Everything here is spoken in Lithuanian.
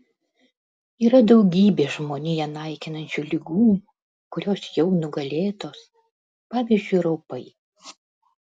yra daugybė žmoniją naikinančių ligų kurios jau nugalėtos pavyzdžiui raupai